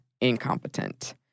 incompetent